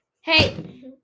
hey